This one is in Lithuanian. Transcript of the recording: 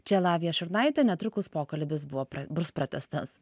čia lavija šurnaitė netrukus pokalbis buvo bus pratęstas